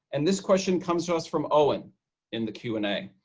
and this question comes to us from owen in the q and a.